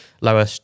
lower